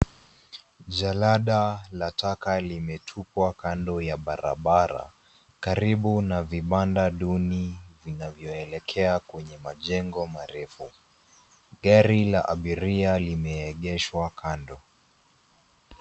Jalada la taka limetupwa kando ya barabara, karibu na vibanda duni vinavyoelekea kwenye majengo marefu. Gari la abiria limeegeshwa kando.